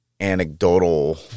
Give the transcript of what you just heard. anecdotal